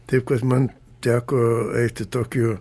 taip kad man teko eiti tokiu